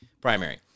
primary